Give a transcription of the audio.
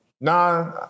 nah